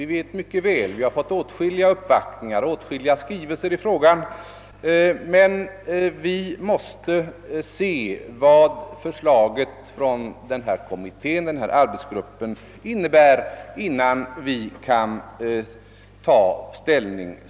Vi har fått motta åtskilliga uppvaktningar och skrivelser i detta ärende, men vi måste se vad förslaget från denna arbetsgrupp innebär innan vi kan ta ställning.